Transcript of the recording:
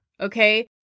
okay